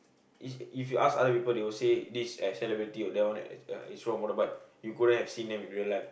is if you ask other people they will say this as celebrity or that one as uh role model but you couldn't have seen them in real life